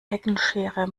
heckenschere